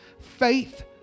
Faith